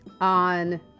on